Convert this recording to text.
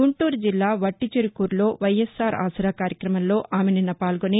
గుంటూరు జిల్లా వట్టిచెరుకూరులో వైఎస్సార్ ఆసరా కార్యక్రమంలో ఆమె నిన్న పాల్గొని